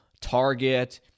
Target